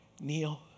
kneel